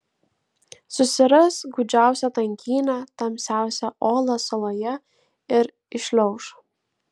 susiras gūdžiausią tankynę tamsiausią olą saloje ir įšliauš